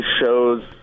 shows